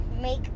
make